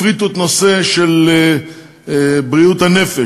הפריטו את נושא בריאות הנפש,